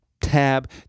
Tab